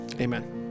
Amen